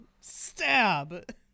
stab